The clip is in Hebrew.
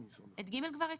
את (ג) כבר הקראנו.